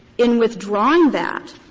in withdrawing that,